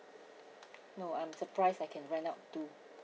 no I'm surprised I can rent out too